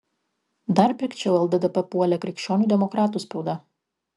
dar pikčiau lddp puolė krikščionių demokratų spauda